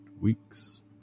weeks